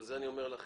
ואת זה אני אומר לכם,